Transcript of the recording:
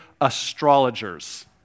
astrologers